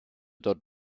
dort